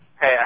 Hey